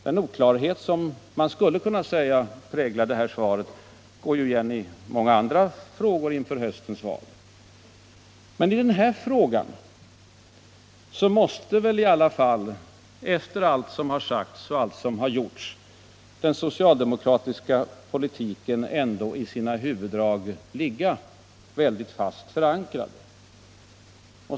Den oklarhet som man skulle kunna säga präglar svaret går igen i många andra frågor inför höstens val. Men i den här frågan måste väl i alla fall — efter allt vad som sagts och gjorts — den socialdemokratiska politiken i sina huvuddrag ligga väldigt fast förankrad.